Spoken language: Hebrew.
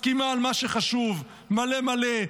מסכימה על מה שחשוב, מלא-מלא.